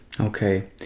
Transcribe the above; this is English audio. Okay